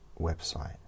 website